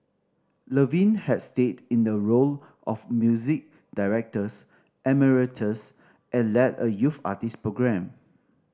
Levine had stayed in a role of music directors emeritus and led a youth artist program